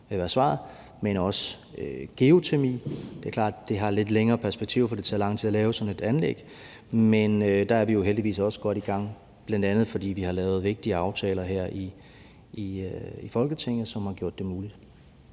men også geotermi. Det er klart, at det har lidt længere perspektiver, for det tager lang tid at lave sådan et anlæg, men der er vi jo heldigvis også godt i gang, bl.a. fordi vi har lavet vigtige aftaler her i Folketinget, som har gjort det muligt.